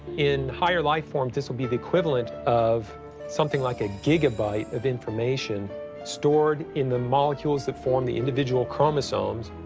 in higher life forms, this would be the equivalent of something like a gigabyte of information stored in the molecules that form the individual chromosomes,